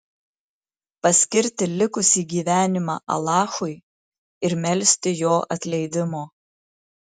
paskirti likusį gyvenimą alachui ir melsti jo atleidimo